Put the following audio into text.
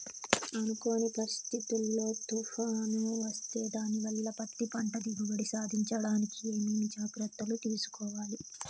అనుకోని పరిస్థితుల్లో తుఫాను వస్తే దానివల్ల పత్తి పంట దిగుబడి సాధించడానికి ఏమేమి జాగ్రత్తలు తీసుకోవాలి?